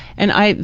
and i,